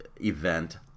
event